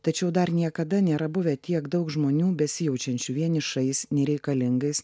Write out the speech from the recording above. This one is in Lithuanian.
tačiau dar niekada nėra buvę tiek daug žmonių besijaučiančių vienišais nereikalingais